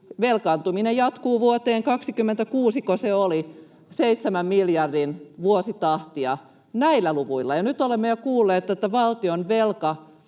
Velkaantuminen jatkuu, oliko se vuoteen 26, seitsemän miljardin vuositahtia näillä luvuilla, ja nyt olemme jo kuulleet, että valtion